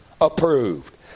approved